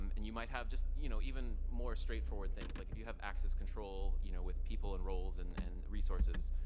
um and you might have just you know even more straight forward things. like if you have access control you know with people and roles and and resources,